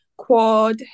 quad